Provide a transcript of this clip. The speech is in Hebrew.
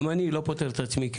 גם אני לא פוטר את עצמי,